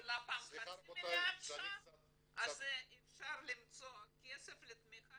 התקציב של לפ"מ חצי מיליארד ₪ אז אפשר למצוא כסף לתמיכה,